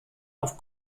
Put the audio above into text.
auf